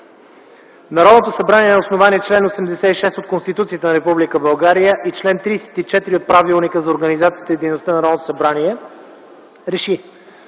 „Народното събрание на основание чл. 86 от Конституцията на Република България и чл. 34 от Правилника за организацията и дейността на Народното събрание